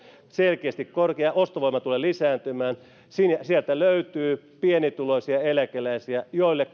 selkeästi ostovoima tulee lisääntymään sieltä sieltä löytyy pienituloisia eläkeläisiä joille